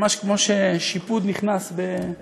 ממש כמו ששיפוד נכנס ב,